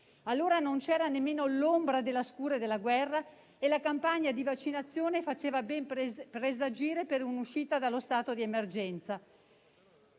Allora non c'era nemmeno l'ombra della scure della guerra e la campagna di vaccinazione faceva ben presagire per un'uscita dallo stato di emergenza.